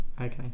okay